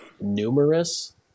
numerous